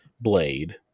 Blade